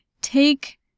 take